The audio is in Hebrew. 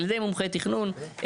על ידי מומחי תכנון,